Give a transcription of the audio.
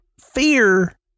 fear